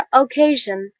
occasion